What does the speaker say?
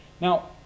Now